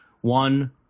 One